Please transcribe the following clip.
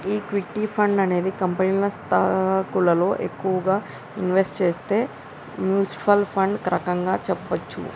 equity fund అనేది కంపెనీల స్టాకులలో ఎక్కువగా ఇన్వెస్ట్ చేసే మ్యూచ్వల్ ఫండ్ రకంగా చెప్పచ్చు